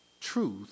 truth